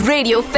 Radio